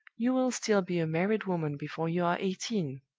you will still be a married woman before you are eighteen.